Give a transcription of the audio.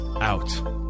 out